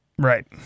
Right